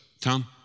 Tom